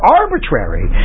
arbitrary